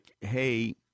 hey